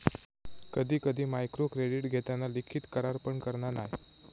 कधी कधी मायक्रोक्रेडीट घेताना लिखित करार पण करना नाय